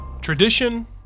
tradition